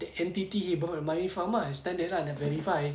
that entity he borrowed the money from ah standard lah nak verify